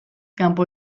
kanpo